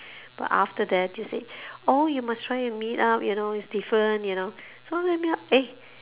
but after that you say oh you must try and meet up you know it's different you know so then meet up eh